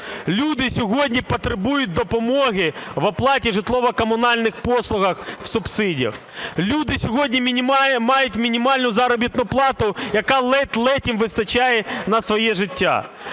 Люди сьогодні потребують допомоги в оплаті житлово-комунальних послуг, в субсидіях. Люди сьогодні мають мінімальну заробітну плату, якої ледь-ледь їм вистачає на своє життя.